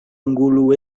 angulo